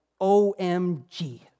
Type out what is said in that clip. OMG